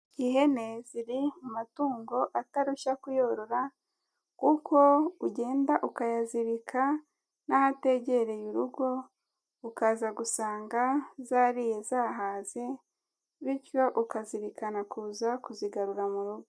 Ihene ziri mu matungo atarushya kuyorora kuko ugenda ukayazirika n'ahategereye urugo ukaza gusanga zariye zahaze, bityo ukazirikana kuza kuzigarura mu rugo.